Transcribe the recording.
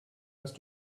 hast